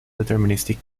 deterministic